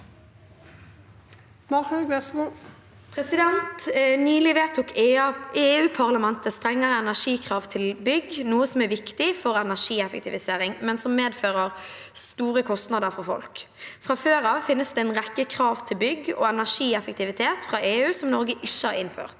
«Nylig vedtok EU- parlamentet strengere energikrav til bygg, noe som er viktig for energieffektivisering, men medfører store kostnader for folk. Fra før av finnes det en rekke krav til bygg og energieffektivitet fra EU som Norge ikke har innført.